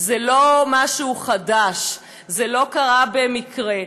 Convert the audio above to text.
זה לא משהו חדש, זה לא קרה במקרה.